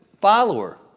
follower